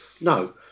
No